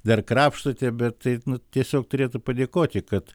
dar krapštote bet tai nu tiesiog turėtų padėkoti kad